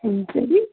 ഉം ശരി